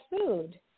food